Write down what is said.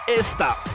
esta